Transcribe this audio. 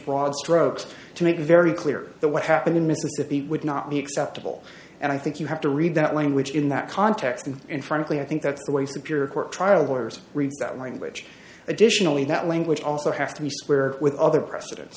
broad strokes to make very clear that what happened in mississippi would not be acceptable and i think you have to read that language in that context and frankly i think that's the way superior court trial lawyers read that language additionally that language also have to be square with other preceden